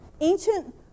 ancient